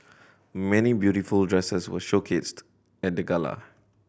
many beautiful dresses were showcased at the gala